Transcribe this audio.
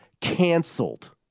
canceled